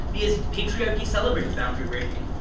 because patriarchy celebrates boundary breaking.